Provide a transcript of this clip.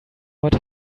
what